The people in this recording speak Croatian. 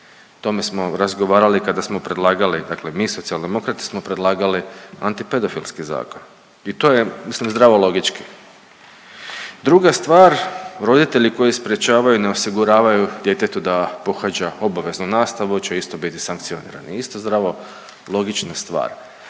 tome smo razgovarali kada smo predlagali, dakle mi Socijaldemokrati smo predlagali anti pedofilski zakon i to je zdravo logički. Druga stvar, roditelji koji sprječavaju, ne osiguravaju djetetu da pohađa obaveznu nastavu će isto biti sankcionirani, isto zdravo logična stvar